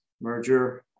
merger